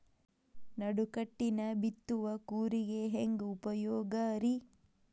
ನಡುಕಟ್ಟಿನ ಬಿತ್ತುವ ಕೂರಿಗೆ ಹೆಂಗ್ ಉಪಯೋಗ ರಿ?